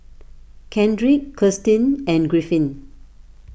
Kendrick Kirstin and Griffin